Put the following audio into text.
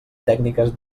tècniques